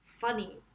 funny